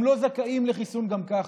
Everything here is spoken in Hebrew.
הם לא זכאים לחיסון גם ככה.